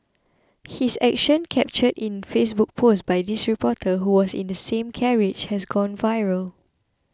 his action captured in Facebook post by this reporter who was in the same carriage has gone viral